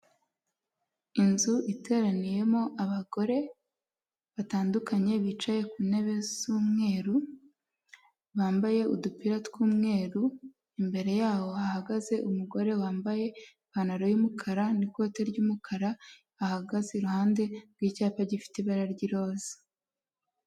Inzu iteraniyemo abagore batandukanye bicaye ku ntebe z'umweru bambaye udupira tw'umweru, imbere y'aho hahagaze umugore wambaye ipantaro y'umukara n'ikote ry'umukara bahagaze iruhande rw'icyapa gifite ibara ry'iroza.